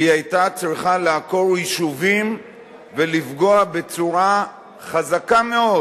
היא היתה צריכה לעקור יישובים ולפגוע בצורה חזקה מאוד